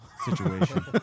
Situation